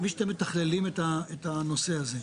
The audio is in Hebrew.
אני מבין שאתם מתכללים את הנושא הזה.